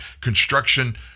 construction